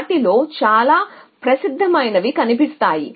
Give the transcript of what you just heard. వాటిలో చాలా ప్రసిద్ధమైనవి కనిపిస్తాయి